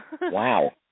Wow